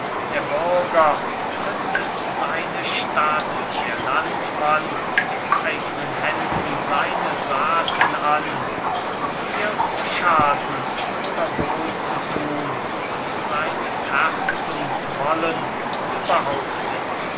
der bürger zündet seine stadt der landmann mit eignen händen seine saaten an um dir zu schaden oder wohlzutun und seines herzens wollen zu behaupten